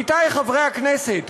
עמיתי חברי הכנסת,